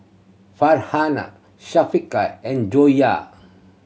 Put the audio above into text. Farhanah Syafiqah and Joyah